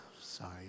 Sorry